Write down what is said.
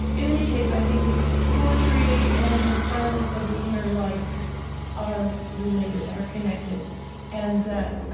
in any case, i think poetry and the silence of the inner life are related, are connected and that